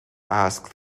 asked